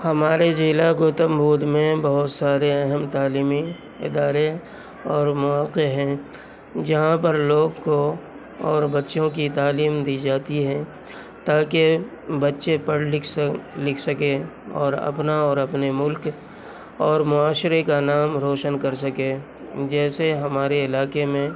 ہمارے ضلع گوتم بدھ میں بہت سارے اہم تعلیمی ادارے اور مواقع ہیں جہاں پر لوگ کو اور بچیوں کی تعلیم دی جاتی ہے تاکہ بچے پڑھ لکھ سا لکھ سکیں اور اپنا اور اپنے ملک اور معاشرے کا نام روشن کر سکیں جیسے ہمارے علاقے میں